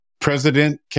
president